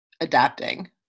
adapting